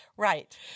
Right